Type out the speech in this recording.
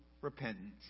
repentance